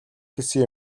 гэсэн